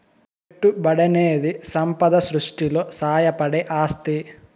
పెట్టుబడనేది సంపద సృష్టిలో సాయపడే ఆస్తి